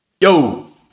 Yo